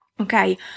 Okay